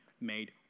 made